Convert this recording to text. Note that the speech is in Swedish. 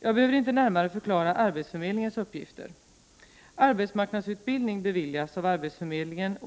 Jag behöver inte närmare förklara arbetsförmedlingens uppgifter. Arbetsmarknadsutbildning beviljas av arbetsförmedlingen.